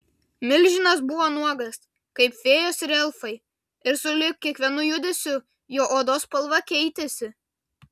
milžinas buvo nuogas kaip fėjos ir elfai ir sulig kiekvienu judesiu jo odos spalva keitėsi